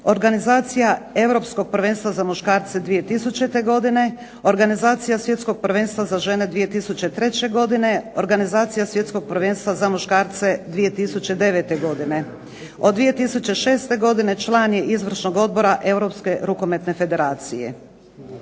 organizacija Europskog prvenstva za muškarce 2000. godine, organizacija Svjetskog prvenstva za žene 2003. godine, organizacija svjetskog prvenstva za muškarce 2009. godine. Od 2006. godine član je Izvršnog odbora Europske rukometne federacije.